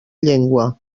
llengua